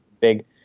big